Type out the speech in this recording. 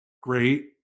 great